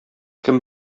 кем